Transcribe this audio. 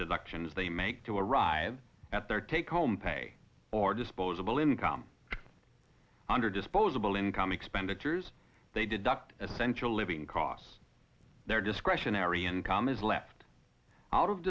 deductions they make to arrive at their take home pay or disposable income under disposable income expenditures they deduct essential living costs their discretionary income is left out of